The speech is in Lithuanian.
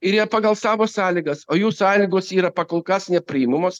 ir jie pagal savo sąlygas o jų sąlygos yra pakolkas nepriimamos